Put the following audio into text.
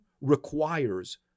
requires